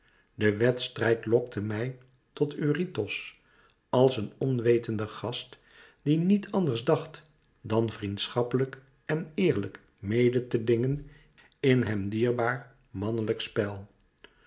de wedstrijd lokte mij tot eurytos als een onwetende gast die niet anders dacht dan vriendschappelijk en eerlijk mede te dingen in hem dierbaar mannelijk spel